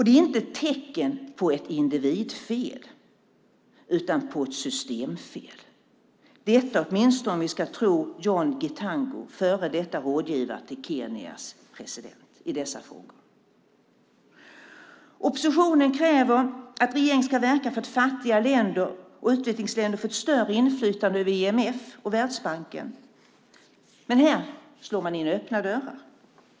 Det är inte ett tecken på ett individfel utan på ett systemfel, åtminstone om vi ska tro John Githango, före detta rådgivare till Kenyas president i dessa frågor. Oppositionen kräver att regeringen ska verka för att fattiga länder och utvecklingsländer får ett större inflytande över IMF och Världsbanken. Här slår man in öppna dörrar.